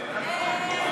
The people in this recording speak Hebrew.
אדוני,